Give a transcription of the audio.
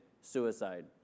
suicide